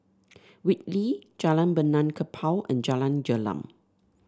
Whitley Jalan Benaan Kapal and Jalan Gelam